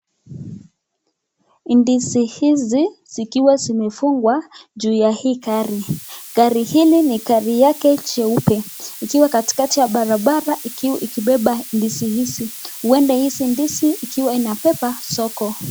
Ndizi hizi zikiwa zimefugwa juu ya hii gari, gari hili ni gari yake cheupe, ikiwa katikati ya barabara ikibeba ndizi hizi huenda hizi ndizi ikiwa inabeba soko.